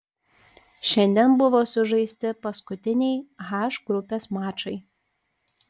šiandien buvo sužaisti paskutiniai h grupės mačai